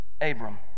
abram